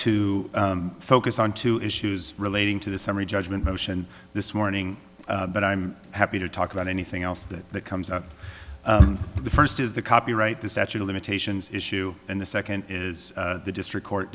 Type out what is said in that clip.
to focus on two issues relating to the summary judgment motion this morning but i'm happy to talk about anything else that comes up the first is the copyright the statute of limitations issue and the second is the district court